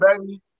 baby